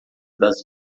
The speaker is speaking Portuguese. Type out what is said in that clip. das